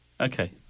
Okay